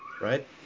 right